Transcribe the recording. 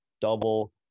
double